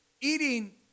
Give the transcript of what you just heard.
eating